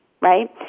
right